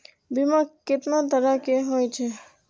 बीमा केतना तरह के हाई छै?